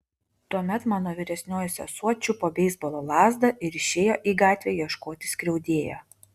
tuomet mano vyresnioji sesuo čiupo beisbolo lazdą ir išėjo į gatvę ieškoti skriaudėjo